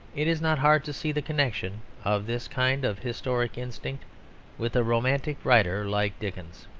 it is not hard to see the connection of this kind of historic instinct with a romantic writer like dickens.